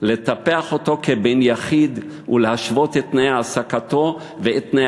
לטפח אותו כבן יחיד ולהשוות את תנאי ההעסקה בו ואת תנאי